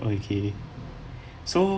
okay so